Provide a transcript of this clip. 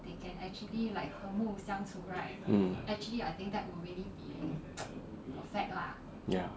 mm ya